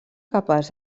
capaç